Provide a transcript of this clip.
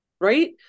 Right